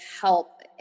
help